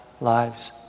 Lives